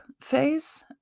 phase